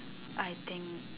I think